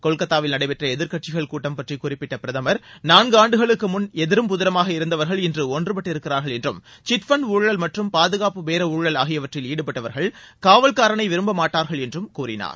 கொல்கத்தாவில் நடைபெற்ற எதிர்க்கட்சிகள் கூட்டம் பற்றி குறிப்பிட்ட பிரதமர் நான்கு ஆண்டுகளுக்கு முன் எதிரும் புதிருமாக இருந்தவர்கள் இன்று ஒன்றுபட்டு இருக்கிறார்கள் என்றும் சிட்பண்டு ஊழல் மற்றும் பாதுகாப்பு பேர ஊழல் ஆகியவற்றில் ஈடுபட்டவர்கள் காவல்காரனை விரும்ப மாட்டார்கள் என்றும் கூறினார்